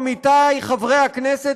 עמיתי חברי הכנסת,